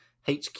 HQ